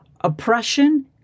oppression